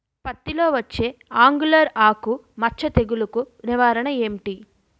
పత్తి లో వచ్చే ఆంగులర్ ఆకు మచ్చ తెగులు కు నివారణ ఎంటి?